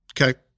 Okay